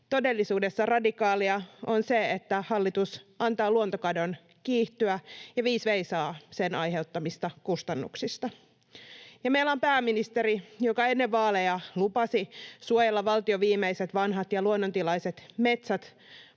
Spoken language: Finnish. Todellisuudessa radikaalia on se, että hallitus antaa luontokadon kiihtyä ja viis veisaa sen aiheuttamista kustannuksista. Ja meillä on pääministeri, joka ennen vaaleja lupasi suojella valtion viimeiset vanhat luonnontilaiset metsät